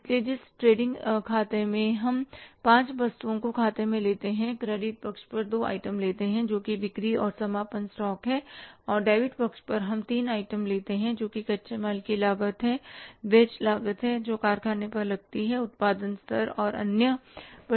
इसलिए जिस ट्रेडिंग खाते में हम पाँच वस्तुओं को खाते में लेते हैं क्रेडिट पक्ष पर हम दो आइटम लेते हैं जो बिक्री और समापन स्टॉक है और डेबिट पक्ष पर हम तीन आइटम लेते हैं जो कच्चे माल की लागत है वेदड्स लागत जो कारखाने पर लगती है उत्पादन स्तर और अन्य प्रत्यक्ष व्यय